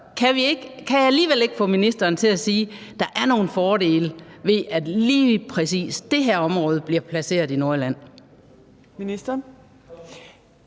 kan jeg alligevel ikke få ministeren til at sige, at der er nogle fordele ved, at lige præcis det her område bliver placeret i Nordjylland?